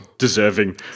deserving